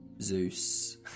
Zeus